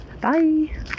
bye